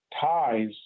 ties